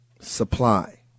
supply